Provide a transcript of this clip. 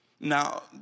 Now